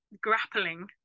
grappling